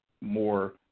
more